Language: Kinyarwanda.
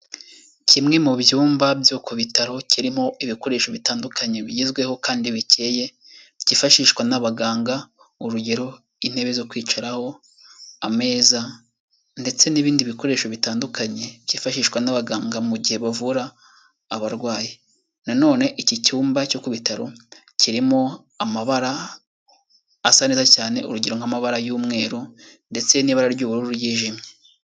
Kimwe mu byumba byo ku bitaro kirimo ibikoresho bitandukanye bigezweho kandi bikeye, byifashishwa n'abaganga urugero: intebe zo kwicaraho, ameza, ndetse n'ibindi bikoresho bitandukanye byifashishwa n'abaganga mu gihe bavura abarwayi. Na none iki cyumba cyo ku bitaro kirimo amabara asa neza cyane urugero: nk'amabara y'umweru ndetse n'ibara ry'ubururu ryijimye.